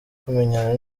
kumenyana